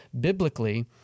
biblically